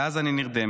ואז אני נרדמת.